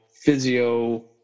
physio